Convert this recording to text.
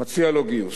הוא מציע לו גיוס.